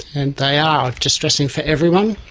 and they are distressing for everyone.